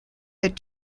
that